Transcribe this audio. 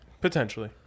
Potentially